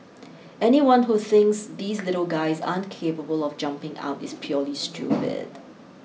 anyone who thinks these little guys aren't capable of jumping out is purely stupid